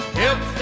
help